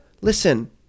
listen